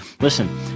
Listen